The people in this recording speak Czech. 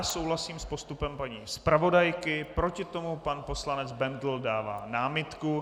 Souhlasím s postupem paní zpravodajky, proti tomu pan poslanec Bendl dává námitku.